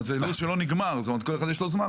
לכל אחד יש זמן,